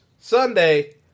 Sunday